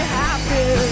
happy